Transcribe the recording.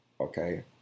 okay